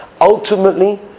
ultimately